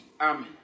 amen